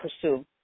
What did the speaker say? pursue